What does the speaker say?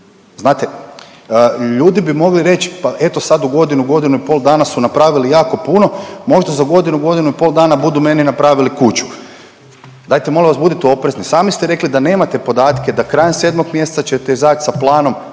Znate ljudi bi mogli reći pa eto sad u godinu, godinu i pol dana su napravili jako puno. Možda za godinu, godinu i pol dana budu meni napravili kuću. Dajte molim vas budite oprezni. Sami ste rekli da nemate podatke, da krajem sedmog mjeseca ćete izaći sa planom.